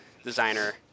Designer